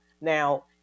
now